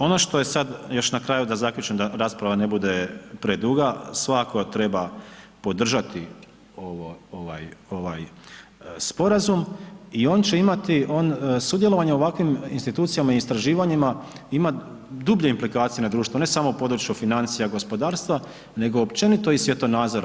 Ono što je sad, još na kraju da zaključim da rasprava ne bude preduga, svakako treba podržati ovo, ovaj sporazum i on će imati, sudjelovanje u ovakvim institucijama i istraživanjima ima dublje implikacije na društvo, ne samo u području financija, gospodarstva nego općenito i svjetonazora.